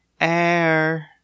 air